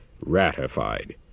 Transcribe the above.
ratified